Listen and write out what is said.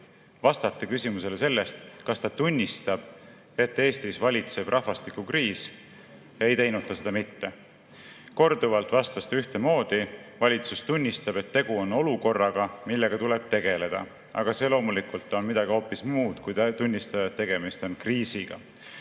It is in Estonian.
vastata küsimusele, kas ta tunnistab, et Eestis valitseb rahvastikukriis, ei teinud ta seda mitte. Korduvalt vastas ta ühtemoodi: valitsus tunnistab, et tegu on olukorraga, millega tuleb tegeleda. Aga see loomulikult on midagi hoopis muud kui tunnistada, et tegemist on kriisiga.